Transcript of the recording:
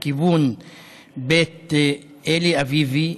לכיוון בית אלי אביבי,